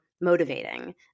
motivating